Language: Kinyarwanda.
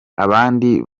abandi